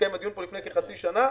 כשהתקיים הדיון פה לפני כחצי שנה,